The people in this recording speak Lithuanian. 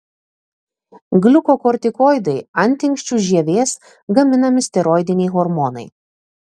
gliukokortikoidai antinksčių žievės gaminami steroidiniai hormonai